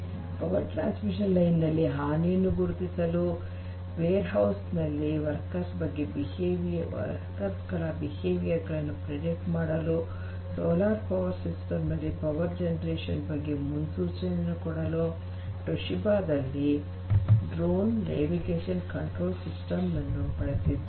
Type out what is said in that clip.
power transmission line ನಲ್ಲಿ ಹಾನಿಯನ್ನು ಗುರುತಿಸಲು ವೇರ್ಹೌಸ್ ನಲ್ಲಿ ವರ್ಕರ್ಸ್ ಗಳ ಬಿಹೇವಿಯರ್ ಗಳನ್ನು ಫೆರ್ಡಿಕ್ಟ್ ಮಾಡಲು ಸೋಲಾರ್ ಪವರ್ ಸಿಸ್ಟಮ್ ನಲ್ಲಿ ಪವರ್ ಜನರೇಶನ್ ಬಗ್ಗೆ ಮುನ್ಸೂಚನೆಯನ್ನು ಕೊಡಲು ತೊಷಿಬಾ ದಲ್ಲಿ ಡ್ರೋನ್ ನೇವಿಗೇಶನ್ ಕಂಟ್ರೋಲ್ ಸಿಸ್ಟಮ್ ನನ್ನು ಬಳಸಿದ್ದಾರೆ